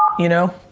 you know?